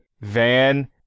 van